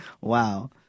Wow